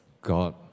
God